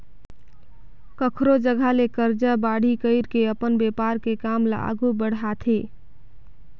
कखरो जघा ले करजा बाड़ही कइर के अपन बेपार के काम ल आघु बड़हाथे